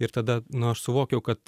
ir tada nu aš suvokiau kad